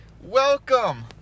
Welcome